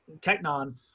Technon